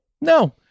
No